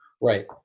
Right